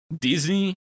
Disney